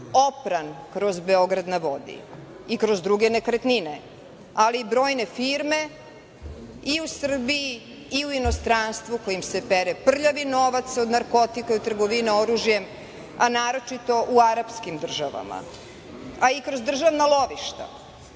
opran kroz Beograd na vodi i kroz druge nekretnine, ali i brojne firme i u Srbiji i u inostranstvu kojim se pere prljavi novac od narkotika i trgovine oružjem, a naročito u arapskim državama, a i kroz državna lovišta. Kažu